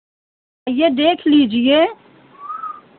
आइए देख लीजिए